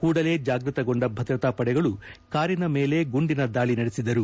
ಕೂಡಲೇ ಜಾಗೃತಗೊಂಡ ಭದ್ರತಾ ಪಡೆಗಳು ಕಾರಿನ ಮೇಲೆ ಗುಂಡಿನ ದಾಳಿ ನಡೆಸಿದರು